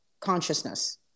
consciousness